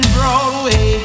Broadway